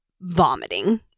vomiting